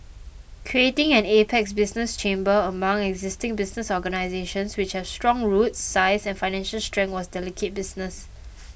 creating an apex business chamber among existing business organisations which have strong roots size and financial strength was delicate business